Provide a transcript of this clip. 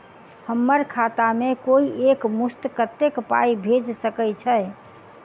हम्मर खाता मे कोइ एक मुस्त कत्तेक पाई भेजि सकय छई?